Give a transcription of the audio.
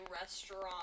restaurant